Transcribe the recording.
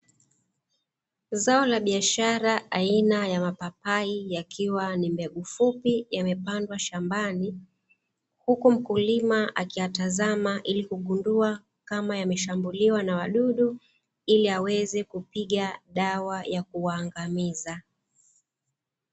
Zao la biashara aina ya mapapai yakiwa ni mbegu fupi yamepandwa shambani, huku mkulima akiyatazama ili kugundua kama yameshambuliwa na wadudu, ili aweze kupiga dawa ya kuwaangamiza.